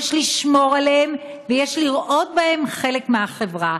יש לשמור עליהם ויש לראות בהם חלק מהחברה.